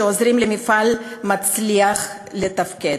שעוזרים למפעל מצליח לתפקד,